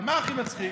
אבל מה הכי מצחיק?